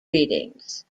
readings